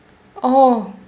oh